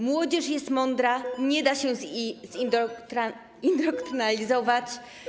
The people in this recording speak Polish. Młodzież jest mądra, nie da się indoktrynować.